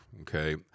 okay